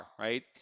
right